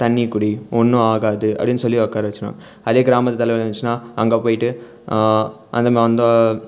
தண்ணி குடி ஒன்றும் ஆகாது அப்படின் சொல்லி உட்கார வச்சுடுவாங்க அதே கிராமத்தில் தலைவலி வந்துச்சுன்னா அங்கே போய்விட்டு அந்த மா அந்த